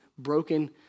broken